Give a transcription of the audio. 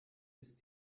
ist